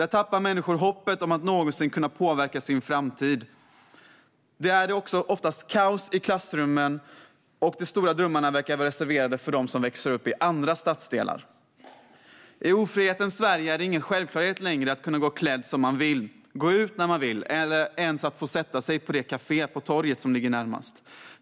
Där tappar människor hoppet om att någonsin kunna påverka sin framtid. Där är det ofta kaos i klassrummet, och de stora drömmarna verkar vara reserverade för dem som växer upp i andra stadsdelar. I ofrihetens Sverige är det inte längre en självklarhet att kunna gå klädd som man vill, att gå ut när man vill eller ens att sätta sig på det kafé på torget som ligger närmast.